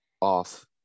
off